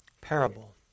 parable